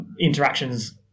interactions